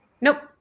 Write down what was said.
Nope